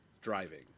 Driving